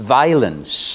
violence